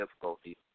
difficulties